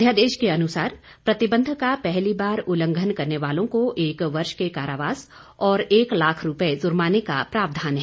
अध्यादेश के अनुसार प्रतिबंध का पहली बार उल्लंघन करने वालों को एक वर्ष के कारावास और एक लाख रुपये जुर्माने का प्रावधान है